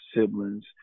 siblings